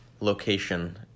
location